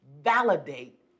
Validate